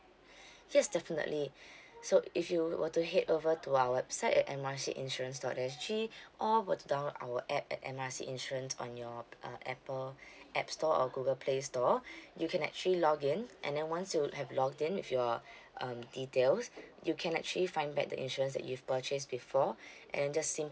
yes definitely so if you were were to head over to our website at M R C insurance dot S G or were to download our app at M R C insurance on your uh apple app store or google play store you can actually log in and then once you would have logged in with your um details you can actually find back the insurance that you've purchased before and just